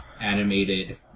animated